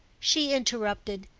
she interrupted,